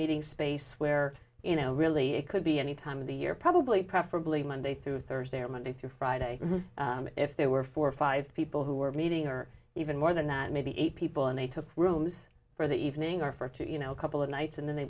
meeting space where you know really it could be any time of the year probably preferably monday through thursday or monday through friday if there were four or five people who were meeting or even more than that maybe eight people and they took rooms for the evening or for two you know a couple of nights and then they